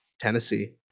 Tennessee